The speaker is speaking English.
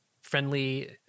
friendly